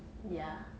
ya